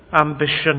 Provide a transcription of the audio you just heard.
ambition